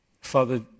Father